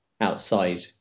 outside